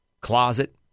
closet